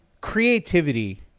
creativity